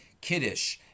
Kiddush